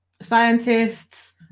scientists